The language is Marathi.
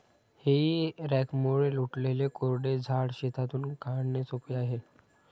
हेई रॅकमुळे उलटलेले कोरडे झाड शेतातून काढणे सोपे आहे